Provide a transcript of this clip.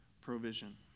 provision